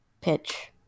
pitch